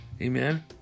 Amen